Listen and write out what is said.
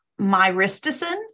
myristicin